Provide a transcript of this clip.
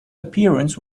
appearance